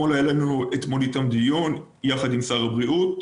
היה לנו אתמול דיון איתם יחד עם שר הבריאות,